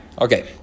Okay